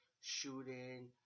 shooting